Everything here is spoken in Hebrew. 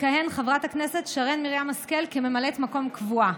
תכהן חברת הכנסת שרן מרים השכל כממלאת מקום קבועה.